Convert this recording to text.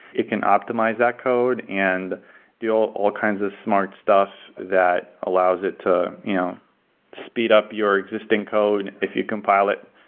it can optimize that code and deal all kinds of smart stuff that allows it to speed up your existing code. if you compile it,